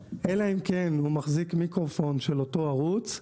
אלא אם כן הוא מחזיק מיקרופון של אותו ערוץ.